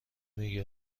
میگی